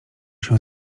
się